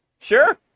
Sure